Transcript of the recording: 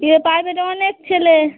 ইয়ে প্রাইভেটে অনেক ছেলে